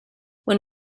when